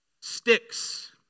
Sticks